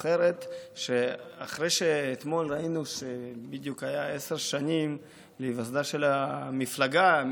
נבחרת שאחרי שאתמול ראינו שבדיוק היה עשר שנים להיווסדה של המפלגה,